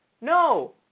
No